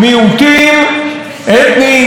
מיעוטים אתניים,